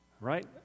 right